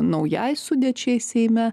naujai sudėčiai seime